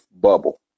bubble